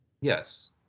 Yes